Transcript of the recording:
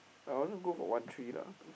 I wanted go for one three lah